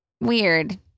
Weird